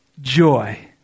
joy